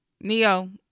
Neo